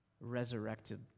resurrected